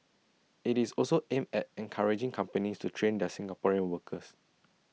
IT is also aimed at encouraging companies to train their Singaporean workers